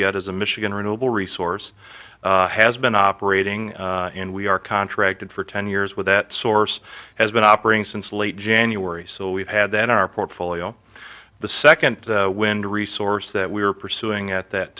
yet as a michigan renewable resource has been operating in we are contracted for ten years with that source has been operating since late january so we've had that our portfolio the second wind resource that we are pursuing at that